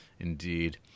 Indeed